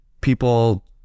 people